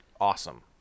awesome